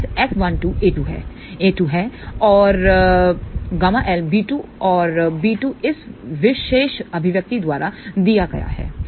a2 हैऔरƬL b2और b2 इस विशेष अभिव्यक्ति द्वारा दिया गया है